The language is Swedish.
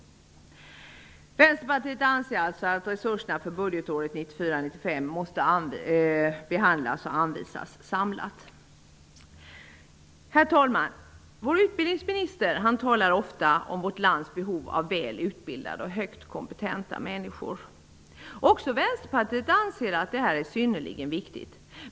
Vänsterpartiet anser alltså att resurserna för budgetåret 1994/95 måste behandlas och anvisas samlat. Herr talman! Utbildningsministern talar ofta om vårt lands behov av väl utbildade och högt kompetenta människor. Också Vänsterpartiet anser att detta är synnerligen viktigt.